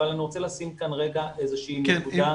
אבל אני רוצה לשים כאן רגע איזושהי נקודה --- כן,